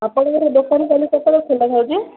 ଆପଣଙ୍କର ଦୋକାନ କାଲି କେତେବେଳେ ଖୋଲା ଥାଉଛି